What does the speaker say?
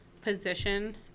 position